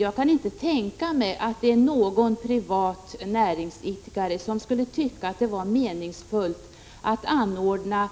Jag kan inte tänka mig att någon privat näringsidkare skulle tycka att det skulle vara meningsfullt att anordna